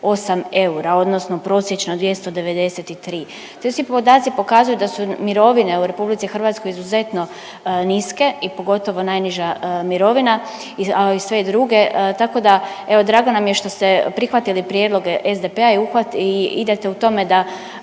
eura, odnosno prosječno 293. Ti svi podaci pokazuju da su mirovine u Republici Hrvatskoj izuzetno niske i pogotovo najniža mirovina, a i sve druge tako da evo drago nam je što ste prihvatili prijedloge SDP-a i idete u tome da